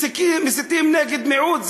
מסיתים נגד מיעוט,